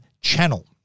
Channel